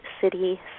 city